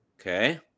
Okay